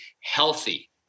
healthy